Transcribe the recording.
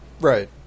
Right